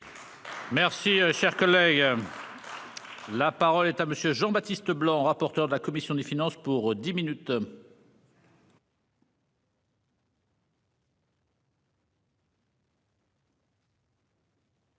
Merci cher collègue. Là. Parole est à monsieur Jean Baptiste Blanc, rapporteur de la commission des finances pour 10 minutes.